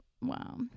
Wow